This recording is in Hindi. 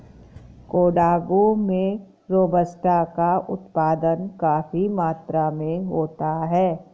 कोडागू में रोबस्टा का उत्पादन काफी मात्रा में होता है